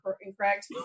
incorrect